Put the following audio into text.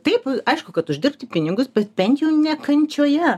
taip aišku kad uždirbti pinigus bet bent jau ne kančioje